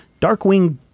Darkwing